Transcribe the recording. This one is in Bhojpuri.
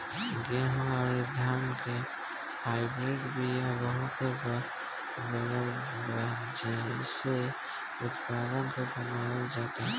गेंहू अउरी धान के हाईब्रिड बिया बहुते बनल बा जेइसे उत्पादन के बढ़ावल जाता